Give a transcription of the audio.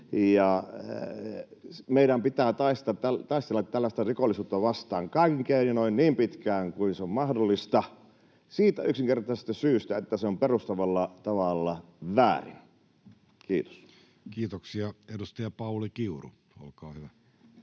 Meidän pitää taistella tällaista rikollisuutta vastaan kaikin keinoin niin pitkään kuin se on mahdollista siitä yksinkertaisesta syystä, että se on perustavalla tavalla väärin. — Kiitos. Kiitoksia. — Edustaja Pauli Kiuru, olkaa hyvä.